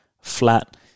flat